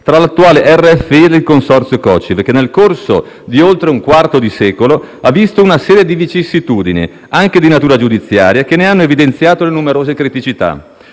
tra l'attuale RFI e il consorzio COCIV, che, nel corso di oltre un quarto di secolo, ha visto una serie di vicissitudini, anche di natura giudiziaria, che ne hanno evidenziato le numerose criticità.